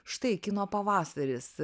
štai kino pavasaris